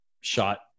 shot